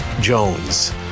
Jones